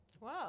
Wow